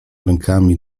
rękami